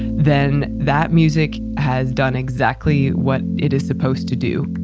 then that music has done exactly what it is supposed to do